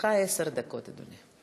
לרשותך עשר דקות, אדוני.